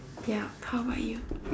ya how bout you